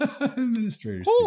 Administrators